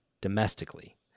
domestically